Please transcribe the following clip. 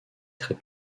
très